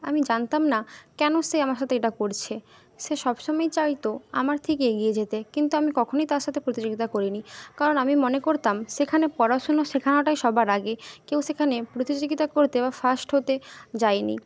আমি জানতাম না কেন সে আমার সাথে এটা করছে সে সবসময় চাইতো আমার থেকে এগিয়ে যেতে কিন্তু আমি কখনই তার সাথে প্রতিযোগিতা করিনি কারণ আমি মনে করতাম সেখানে পড়াশুনো শেখানোটাই সবার আগে কেউ সেখানে প্রতিযোগিতা করতে বা ফার্স্ট হতে যায়নি